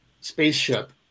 spaceship